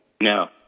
no